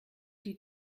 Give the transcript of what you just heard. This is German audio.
die